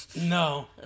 No